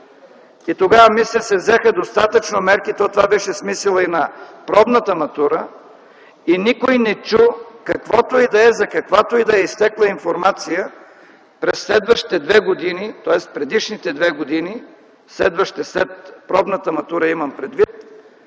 и тогава мисля, че се взеха достатъчно мерки, защото това беше смисълът на пробната матура, и никой не чу каквото и да е, за каквато и да е изтекла информация през следващите години, тоест предишните две години – следващите след пробната матура имам предвид,